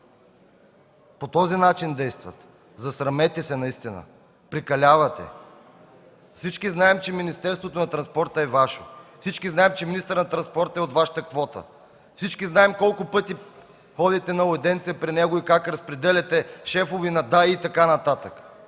по този начин действат. Засрамете се наистина, прекалявате! Всички знаем, че Министерството на транспорта е Ваше. Всички знаем, че министърът на транспорта е от Вашата квота. Всички знаем колко пъти ходите на аудиенция при него и как разпределяте шефове на ДАИ и така нататък.